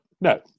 No